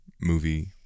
movie